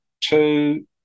two